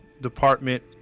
department